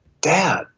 Dad